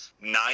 nine